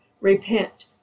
repent